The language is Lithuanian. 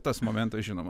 tas momentas žinoma